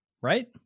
right